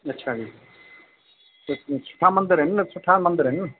अच्छा जी त सुठा मंदर आहिनि न सुठा मंदर आहिनि न